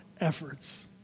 efforts